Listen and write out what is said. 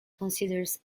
considers